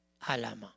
alama